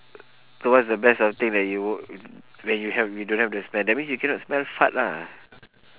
so what's the best of thing that you won't when you have when you don't have the smell that means you cannot smell fart lah